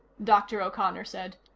dr. o'connor said.